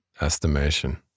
estimation